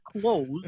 clothes